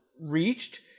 reached